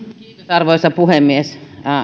arvoisa puhemies